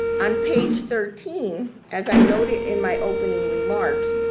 on page thirteen as i noted in my opening remarks,